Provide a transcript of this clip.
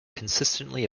consistently